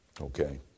Okay